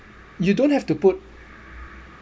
you don't have to put